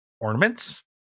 ornaments